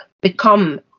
become